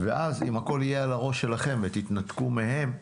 ואם הכול יהיה על הראש שלכם ותתנתקו מהם,